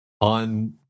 on